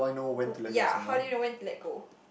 oo ya how do you know when to let go